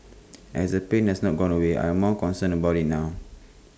as the pain has not gone away I am more concerned about IT now